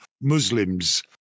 Muslims